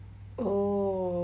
oh